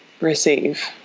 receive